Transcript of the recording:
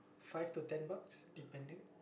five to ten bucks depending